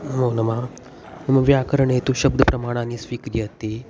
नमो नमः मम व्याकरणे तु शब्दप्रमाणानि स्वीक्रियत्ते